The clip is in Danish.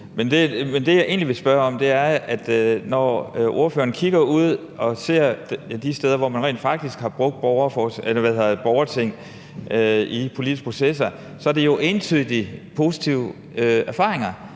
Men det, jeg egentlig vil spørge om, er: Når ordføreren kigger ud og ser de steder, hvor man rent faktisk har brugt borgerting i politiske processer, så er der jo entydigt positive erfaringer